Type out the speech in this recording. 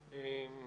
דב, תרצה להגיד משהו.